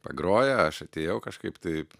pagrojo aš atėjau kažkaip taip